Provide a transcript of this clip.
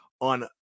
on